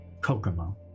Kokomo